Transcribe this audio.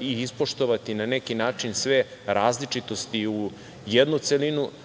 i ispoštovati na neki način sve različitosti u jednu celinu